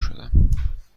شدم